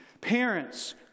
parents